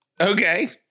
Okay